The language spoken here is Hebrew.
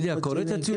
הוא בחור רציני.